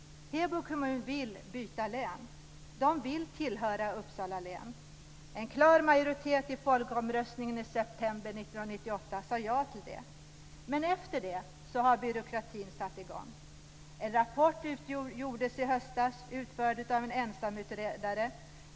Heby kommun vill byta län. Man vill tillhöra Men efter omröstningen har byråkratin satt i gång. En rapport lades fram i höstas, utförd av en ensamutredare.